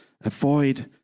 Avoid